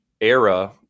era